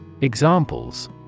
Examples